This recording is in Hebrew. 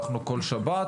הלכנו כל שבת,